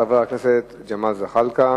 חבר הכנסת ג'מאל זחאלקה,